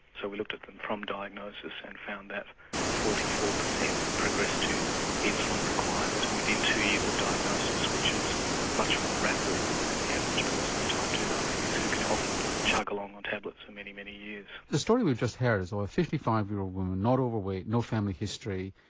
so we looked at them from diagnosis and found that forty four percent progressed to insulin requirement within two years of diagnosis which is much more rapid than the average person with type two diabetes who can often chug along on tablets for many, many years. the story we've just heard is of a fifty five ah woman not overweight, no family history,